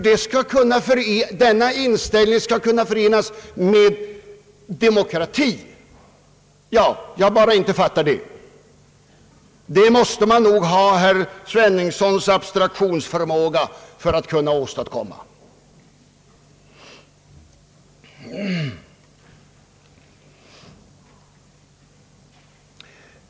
Jag fattar bara inte hur detta skall kunna förenas med begreppet demokrati. Man måste nog ha herr Sveningssons abstraktionsförmåga för att göra det.